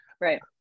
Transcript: Right